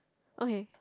okay